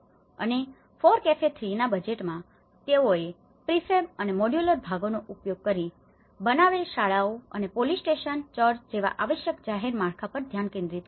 અને FORECAFE 3ના બજેટમાં તેઓએ પ્રિફેબ અને મોડ્યુલર ભાગોનો ઉપયોગ કરીને બનાવેલ શાળાઓ અને પોલીસ સ્ટેશન ચર્ચ જેવા આવશ્યક જાહેર માળખા પર ધ્યાન કેન્દ્રિત કર્યું હતું